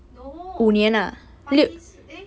no party 是 eh